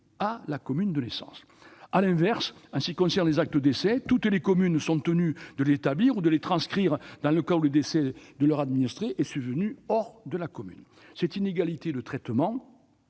à sa commune de naissance. À l'inverse, en ce qui concerne les actes de décès, toutes les communes sont tenues de les établir ou de les transcrire dans le cas où le décès de leur administré est survenu hors de la commune. Cette inégalité de traitement